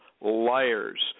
liars